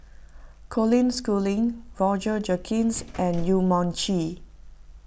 Colin Schooling Roger Jenkins and Yong Mun Chee